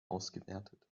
ausgewertet